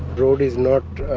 road is not